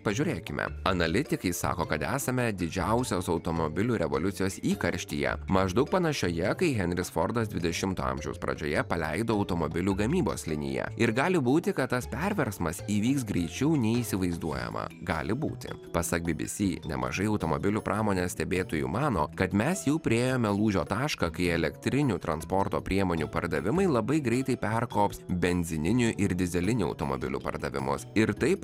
pažiūrėkime analitikai sako kad esame didžiausios automobilių revoliucijos įkarštyje maždaug panašioje kai henris fordas dvidešimto amžiaus pradžioje paleido automobilių gamybos liniją ir gali būti kad tas perversmas įvyks greičiau nei įsivaizduojama gali būti pasak bbc nemažai automobilių pramonės stebėtojų mano kad mes jau priėjome lūžio tašką kai elektrinių transporto priemonių pardavimai labai greitai perkops benzininių ir dyzelinių automobilių pardavimus ir taip